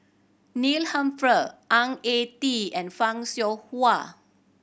Neil Humphreys Ang Ah Tee and Fan Shao Hua